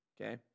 Okay